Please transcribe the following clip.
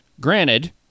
Granted